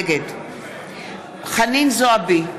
נגד חנין זועבי,